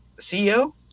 CEO